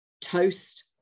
toast